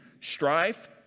strife